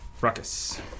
Ruckus